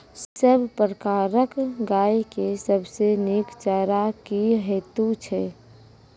सब प्रकारक गाय के सबसे नीक चारा की हेतु छै?